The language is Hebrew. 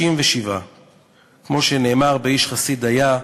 67. כמו שנאמר ב"איש חסיד היה":